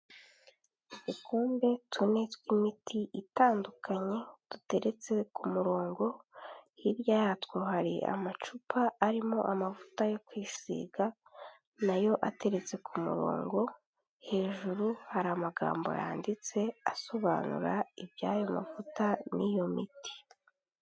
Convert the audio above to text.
Udukombe tune tw'imiti itandukanye duteretse k'umurongo hirya yatwo hari amacupa arimo amavuta yo kwisiga nayo ateretse ku murongo hejuru hari amagambo yanditse asobanura iby'ayo mavuta n'iyo miti.